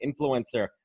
influencer